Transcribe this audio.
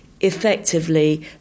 effectively